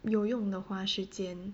有用地花时间